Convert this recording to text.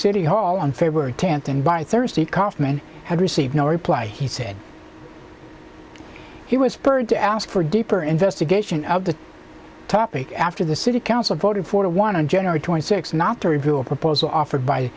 city hall on february tenth and by thursday kaufman had received no reply he said he was spurred to ask for deeper investigation of the topic after the city council voted for want to generate twenty six not to review a proposal offered by